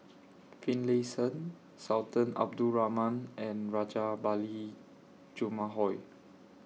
Finlayson Sultan Abdul Rahman and Rajabali Jumabhoy